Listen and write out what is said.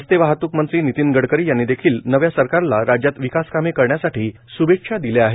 रस्ते वाहतूक मंत्री नितीन गडकरी यांनी देखील नव्या सरकारला राज्यात विकास कामे करण्यासाठी शुभेच्छा दिल्या आहेत